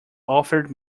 offered